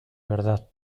verdad